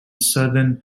southern